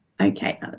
Okay